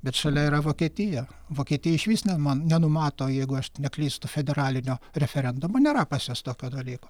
bet šalia yra vokietija vokietija išvis neman nenumato jeigu aš neklystu federalinio referendumo nėra pas juos tokio dalyko